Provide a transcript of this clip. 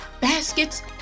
baskets